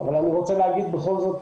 אני בכל זאת